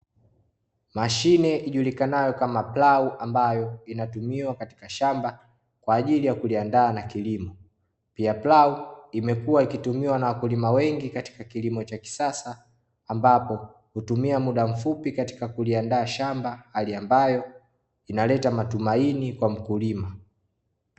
Mashine ijulikanayo kama plau ambayo inatumiwa katika shamba kwa ajili ya kuliandaa na kilimo, pia plau imekuwa ikitumiwa na wakulima wengi katika kilimo cha kisasa ambapo hutumia muda mfupi katika kuliandaa shamba hali ambayo inaleta matumaini kwa mkulima.